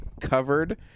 covered